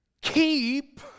keep